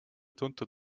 tuntud